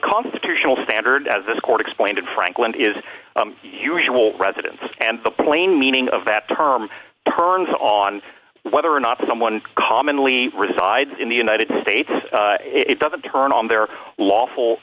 constitutional standard as this court explained in frankland is usual residence and the plain meaning of that term turns on whether or not someone commonly resides in the united states it doesn't turn on their lawful